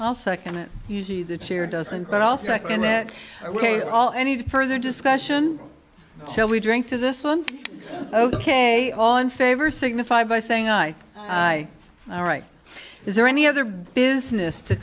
also usually the chair doesn't but also in that way all any further discussion shall we drink to this one ok all in favor signify by saying i all right is there any other business to